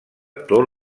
tot